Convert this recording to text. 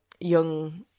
young